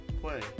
Play